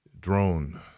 drone